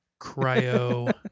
cryo